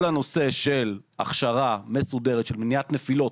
כל הנושא של הכשרה מסודרת, של מניעת נפילות,